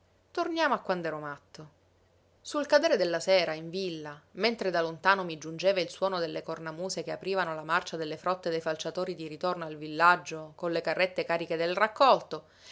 torniamo a quand'ero matto sul cadere della sera in villa mentre da lontano mi giungeva il suono delle cornamuse che aprivano la marcia delle frotte dei falciatori di ritorno al villaggio con le carrette cariche del raccolto